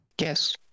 Yes